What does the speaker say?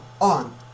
on